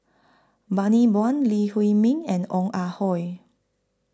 Bani Buang Lee Huei Min and Ong Ah Hoi